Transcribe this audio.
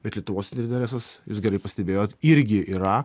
bet lietuvos inteteresas jūs gerai pastebėjot irgi yra